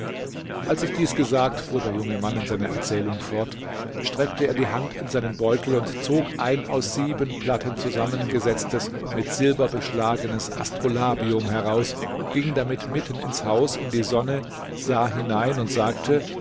als ich dies gesagt fuhr der junge mann in seiner erzählung fort streckte er die hand in seinen beutel und zog ein aus sieben platten zusammengesetztes mit silber beschlagenes astrolabium heraus ging damit mitten ins haus in die sonne sah hinein und sagte